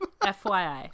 FYI